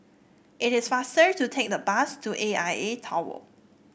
it is faster to take the bus to A I A Tower